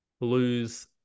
lose